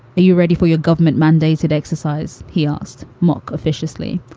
you ready for your government mandated exercise? he asked. mock viciously.